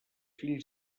fills